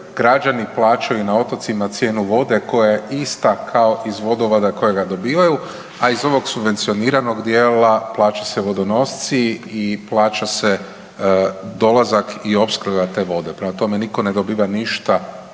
građani plaćaju na otocima cijenu vode koja je ista kao iz vodovoda kojega dobivaju, a iz ovog subvencioniranog dijela plaća se vodonosci i plaća se dolazak i opskrba te vode. Prema tome, niko ne dobiva ništa